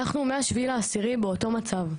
אנחנו מה-7.10 באותו מצב.